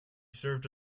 served